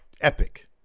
epic